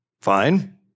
fine